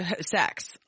Sex